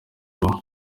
ngo